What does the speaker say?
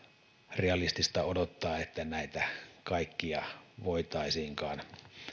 realistista odottaa että näitä kaikkia voitaisiinkaan